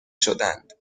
شدند